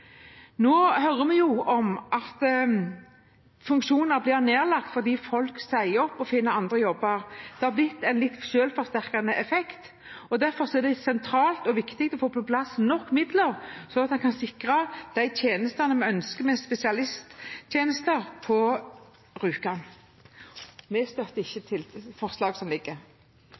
Nå hører vi om at funksjoner blir nedlagt fordi folk sier opp og finner andre jobber. Det har fått en litt selvforsterkende effekt. Derfor er det sentralt og viktig å få på plass nok midler, slik at en kan sikre de tjenestene vi ønsker – med spesialisttjenester – på Rjukan. Vi støtter ikke